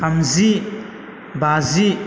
थामजि बाजि